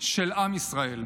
של עם ישראל.